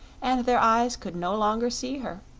and their eyes could no longer see her.